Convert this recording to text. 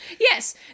yes